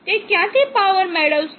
તે ક્યાંથી પાવર મેળવશે